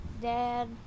Dad